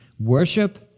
Worship